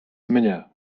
mnie